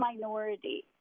minority